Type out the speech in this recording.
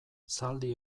zaldi